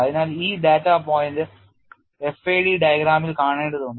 അതിനാൽ ഈ data point FAD ഡയഗ്രാമിൽ കാണേണ്ടതുണ്ട്